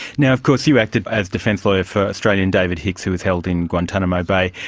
now, of course, you acted as defence lawyer for australian david hicks who was held in guantanamo bay.